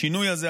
השינוי הזה,